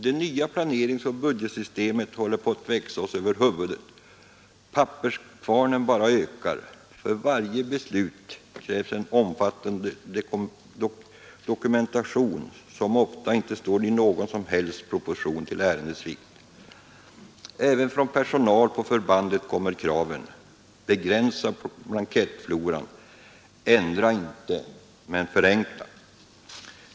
Det nya planeringsoch budgeteringssystemet håller på att växa oss över huvudet. Papperskvarnen bara ökar. För varje beslut krävs en omfattande dokumentation som ofta inte står i någon som helst proportion till ärendets vikt.” Även från personal på förbanden kommer kraven: Begränsa blankettfloran! Ändra inte men förenkla!